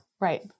right